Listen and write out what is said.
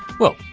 well,